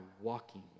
walking